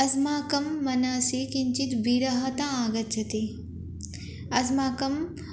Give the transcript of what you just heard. अस्माकं मनसि किञ्चित् विरहता आगच्छति अस्माभिः